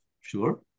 sure